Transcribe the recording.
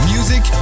Music